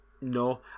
No